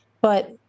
But-